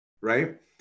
right